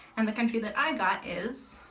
and the country that i got is,